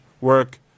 work